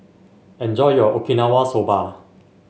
enjoy your Okinawa Soba